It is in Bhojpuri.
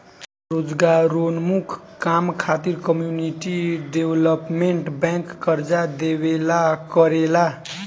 रोजगारोन्मुख काम खातिर कम्युनिटी डेवलपमेंट बैंक कर्जा देवेला करेला